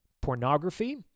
Pornography